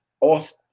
off